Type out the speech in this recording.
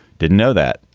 didn't know that.